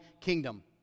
Kingdom